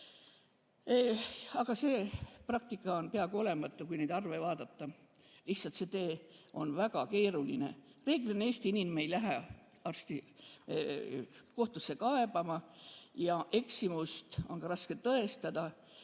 Aga see praktika on peaaegu olematu, kui neid arve vaadata. Lihtsalt see tee on väga keeruline, reeglina Eesti inimene ei lähe arsti kohtusse kaebama ja eksimust on raske tõestada.